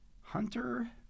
Hunter